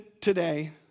today